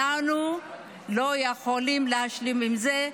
אנחנו לא יכולים להשלים עם זה.